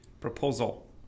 proposal